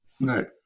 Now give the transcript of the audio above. Right